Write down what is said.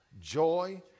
joy